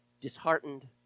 disheartened